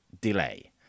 delay